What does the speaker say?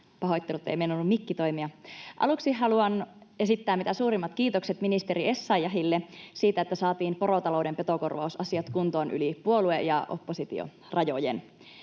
Pahoittelut, ei meinannut mikki toimia. Aluksi haluan esittää mitä suurimmat kiitokset ministeri Essayahille siitä, että saatiin porotalouden petokorvausasiat kuntoon yli puolue‑ ja hallitus—oppositio-rajojen.